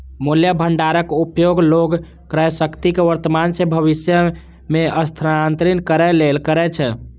मूल्य भंडारक उपयोग लोग क्रयशक्ति कें वर्तमान सं भविष्य मे स्थानांतरित करै लेल करै छै